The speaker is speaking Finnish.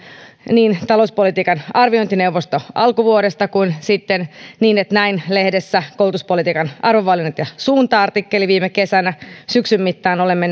niin talouspolitiikan arviointineuvosto alkuvuodesta kuin sitten niin näin lehdessä koulutuspolitiikan arvovalinnat ja suunta artikkeli viime kesänä syksyn mittaan olemme